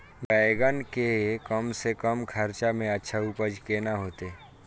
बेंगन के कम से कम खर्चा में अच्छा उपज केना होते?